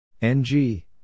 NG